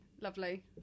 Lovely